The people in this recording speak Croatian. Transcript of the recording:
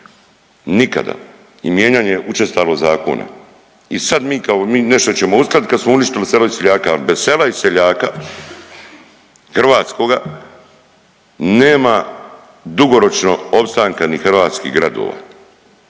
nikada i mijenjanje učestalo zakona. I sad mi, kao mi nešto ćemo uskladit kad smo uništili selo i seljaka, al bez sela i seljaka hrvatskoga nema dugoročno opstanka ni hrvatskih gradova,